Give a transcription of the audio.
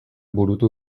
burutu